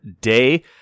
day